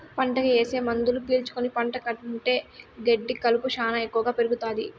పంటకి ఏసే మందులు పీల్చుకుని పంట కంటే గెడ్డి కలుపు శ్యానా ఎక్కువగా పెరుగుతాది